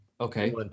Okay